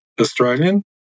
Australian